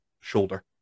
shoulder